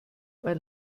weil